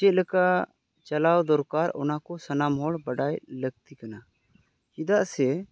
ᱪᱮᱫ ᱞᱮᱠᱟ ᱪᱟᱞᱟᱣ ᱫᱚᱨᱠᱟᱨ ᱚᱱᱟ ᱠᱚ ᱥᱟᱱᱟᱢ ᱦᱚᱲ ᱵᱟᱰᱟᱭ ᱞᱟᱹᱠᱛᱤ ᱠᱟᱱᱟ ᱪᱮᱫᱟᱜ ᱥᱮ